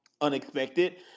unexpected